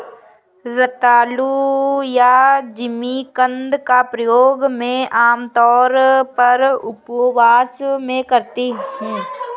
रतालू या जिमीकंद का प्रयोग मैं आमतौर पर उपवास में करती हूँ